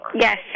Yes